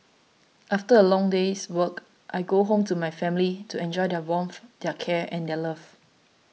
after a long day's work I go home to my family to enjoy their warmth their care and their love